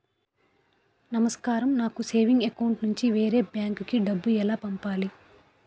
నమస్కారం నాకు savings account నుంచి వేరే బ్యాంక్ కి డబ్బు ఎలా పంపాలి?